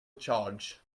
charge